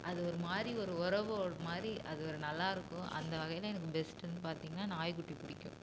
அது ஒரு மாதிரி ஒரு உறவு ஒரு மாதிரி அது ஒரு நல்லாயிருக்கும் அந்த வகையில் எனக்கு பெஸ்ட்டுன்னு பார்த்தீங்கன்னா நாய்க்குட்டி பிடிக்கும்